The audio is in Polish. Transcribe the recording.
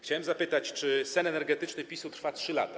Chciałem zapytać, czy sen energetyczny PiS-u trwa 3 lata.